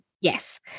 Yes